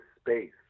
space